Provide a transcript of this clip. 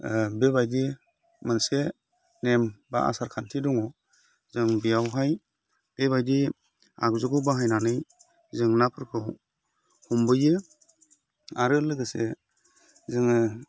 बेबायदि मोनसे नेम बा आसार खान्थि दङ जों बेयावहाय बेबायदि आगजुखौ बाहायनानै जों नाफोरखौ हमहैयो आरो लोगोसे जोङो